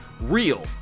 Real